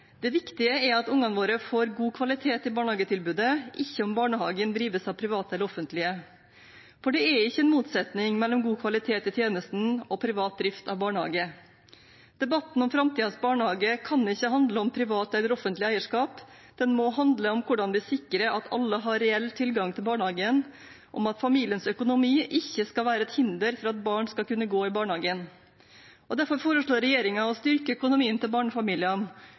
Det viktige er at ungene våre får god kvalitet i barnehagetilbudet, ikke om barnehagen drives av private eller av offentlige. For det er ikke noen motsetning mellom god kvalitet i tjenesten og privat drift av barnehage. Debatten om framtidens barnehage kan ikke handle om privat eller offentlig eierskap. Den må handle om hvordan vi sikrer at alle har reell tilgang til barnehage, om at familiens økonomi ikke skal være et hinder for at barn skal kunne gå i barnehagen. Derfor foreslår regjeringen å styrke økonomien til barnefamiliene